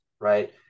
right